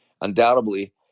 Undoubtedly